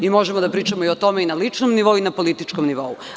Možemo da pričamo o tome i na ličnom nivou i na političkom nivou.